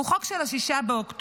הוא חוק של 6 באוקטובר.